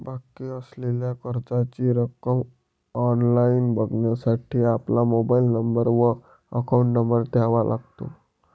बाकी असलेल्या कर्जाची रक्कम ऑनलाइन बघण्यासाठी आपला मोबाइल नंबर व अकाउंट नंबर द्यावा लागतो